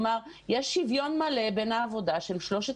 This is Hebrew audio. יש שווין מלא בין העבודה של שלושת